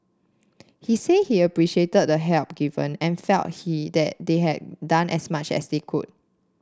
he say he appreciated the help given and felt he that they had done as much as they could